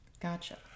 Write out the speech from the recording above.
Gotcha